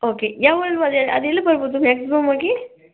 okay ಯಾವ ಅದೆಲ್ಲಿ ಬರ್ಬೋದು maximum ಆಗಿ